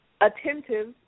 attentive